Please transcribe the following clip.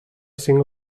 cinc